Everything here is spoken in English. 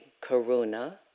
karuna